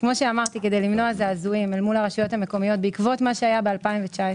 כדי למנוע זעזועים אל מול הרשויות המקומיות בעקבות מה שהיה ב-2019-